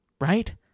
right